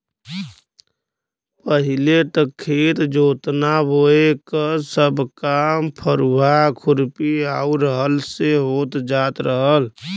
पहिले त खेत जोतना बोये क सब काम फरुहा, खुरपी आउर हल से हो जात रहल